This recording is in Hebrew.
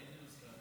איזה משרד?